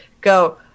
go